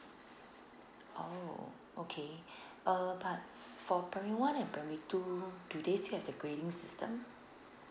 oh okay uh but for primary one and primary two do they still have the grading system